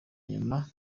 inyuma